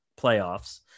playoffs